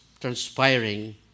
transpiring